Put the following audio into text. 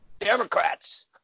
Democrats